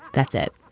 that's it.